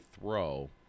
throw